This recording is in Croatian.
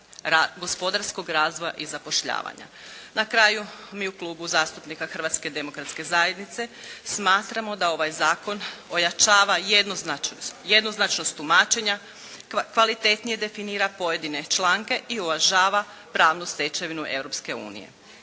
gospodarskog razvoja i zapošljavanja. Na kraju mi u Klubu zastupnika Hrvatske demokratske zajednice smatramo da ovaj zakon ojačava jednoznačnost tumačenja, kvalitetnije definira pojedine članke i uvažava pravnu stečevinu